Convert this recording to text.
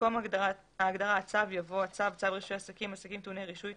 במקום ההגדרה "הצו" יבוא: ""הצו" צו רישוי עסקים (עסקים טעוני רישוי),